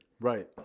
Right